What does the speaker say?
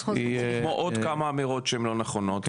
כמו עוד כמה אמירות שהן לא נכונות,